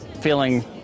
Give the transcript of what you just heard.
feeling